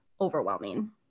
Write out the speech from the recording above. overwhelming